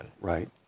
Right